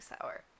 sour